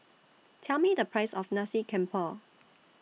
Tell Me The Price of Nasi Campur